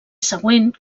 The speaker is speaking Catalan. següent